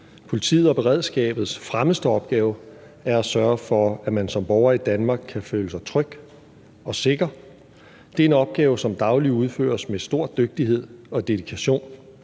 Politiets og beredskabets fremmeste opgave er at sørge for, at man som borger i Danmark kan føle sig tryg og sikker. Det er en opgave, som dagligt udføres med stor dygtighed og dedikation.